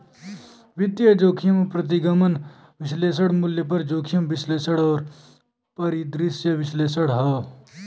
वित्तीय जोखिम प्रतिगमन विश्लेषण, मूल्य पर जोखिम विश्लेषण और परिदृश्य विश्लेषण हौ